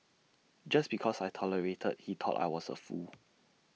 just because I tolerated he thought I was A fool